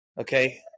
okay